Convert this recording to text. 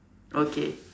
okay